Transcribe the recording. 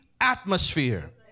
atmosphere